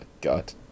god